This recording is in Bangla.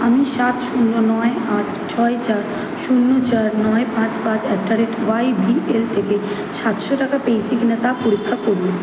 আমি সাত শূন্য নয় আট ছয় চার শূন্য চার নয় পাঁচ পাঁচ at the rate Y B L থেকে সাতশো টাকা পেয়েছি কি না তা পরীক্ষা করুন